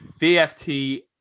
VFT